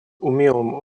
умелым